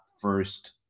first